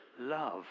love